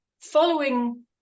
following